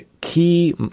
key